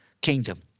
kingdom